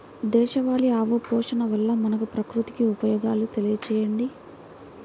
దేశవాళీ ఆవు పోషణ వల్ల మనకు, ప్రకృతికి ఉపయోగాలు తెలియచేయండి?